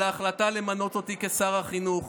על ההחלטה למנות אותי לשר החינוך,